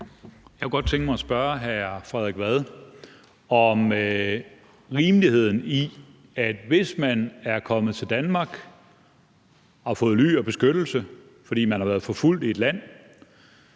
Jeg kunne godt tænke mig at spørge hr. Frederik Vad om rimeligheden i, at man er kommet til Danmark og har fået ly og beskyttelse, fordi man har været forfulgt i et land,